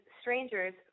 strangers